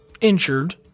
injured